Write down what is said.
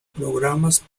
programas